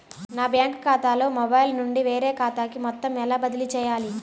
నా బ్యాంక్ ఖాతాలో మొబైల్ నుండి వేరే ఖాతాకి మొత్తం ఎలా బదిలీ చేయాలి?